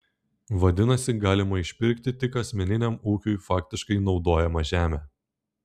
vadinasi galima išpirkti tik asmeniniam ūkiui faktiškai naudojamą žemę